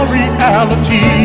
reality